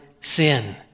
sin